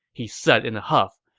he said in a huff.